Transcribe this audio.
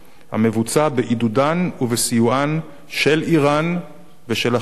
המבוצע בעידודם ובסיועם של אירן ושל ה"חיזבאללה".